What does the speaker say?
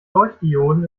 leuchtdioden